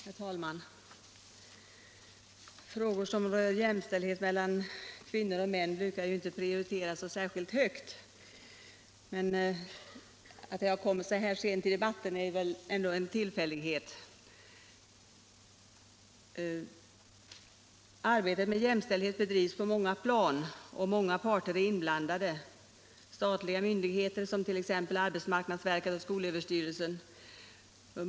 Herr talman! Frågor som rör jämställdhet mellan kvinnor och män brukar ju inte prioriteras så särskilt högt, men att det kommit upp så här sent i debatten är väl ändå en tillfällighet. Arbetet med jämställdhet bedrivs på många plan och många parter är inblandade, t.ex. statliga myndigheter som arbetsmarknadsverket och skolöverstyrelsen.